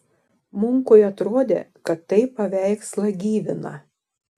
munkui atrodė kad tai paveikslą gyvina